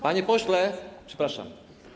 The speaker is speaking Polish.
Panie pośle, przepraszam.